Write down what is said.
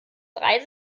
drei